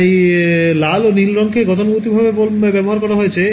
তাই এই লাল ও নীল রঙকে গতানুগতিক ভাবে ব্যবহার করা হয়েছে